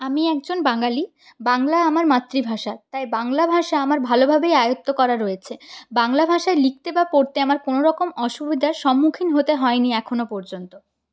আমি একজন বাঙালি বাংলা আমার মাতৃভাষা তাই বাংলা ভাষা আমার ভালোভাবেই আয়ত্ত করা রয়েছে বাংলা ভাষায় লিখতে বা পড়তে আমার কোনোরকম অসুবিধার সম্মুখীন হতে হয়নি এখনও পর্যন্ত